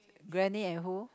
granny and who